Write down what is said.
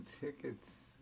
tickets